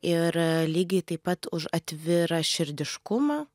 ir lygiai taip pat už atviraširdiškumą